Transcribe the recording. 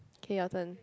okay your turn